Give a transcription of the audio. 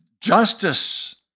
justice